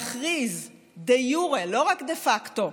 להכריז דה יורה, לא רק דה פקטו,